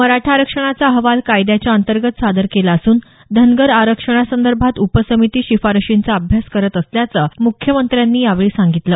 मराठा आरक्षणाचा अहवाल कायद्याच्या अंतर्गत सादर केला असून धनगर आरक्षणासंदर्भात उपसमिती शिफारशींचा अभ्यास करत असल्याचं मुख्यमंत्र्यांनी यावेळी सांगितलं